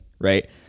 right